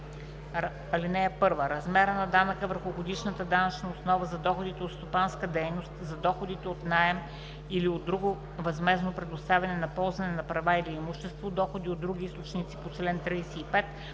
„(1) Размерът на данъка върху годишната данъчна основа за доходите от стопанска дейност, за доходи от наем или от друго възмездно предоставяне за ползване на права или имущество, доходи от други източници по чл. 35,